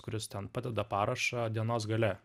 kuris ten padeda parašą dienos gale